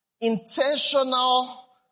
intentional